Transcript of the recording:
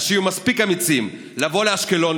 אז שיהיו מספיק אמיצים לבוא לאשקלון,